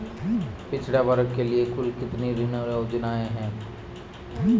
पिछड़ा वर्ग के लिए कुल कितनी ऋण योजनाएं हैं?